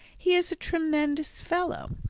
he is a tremendous fellow.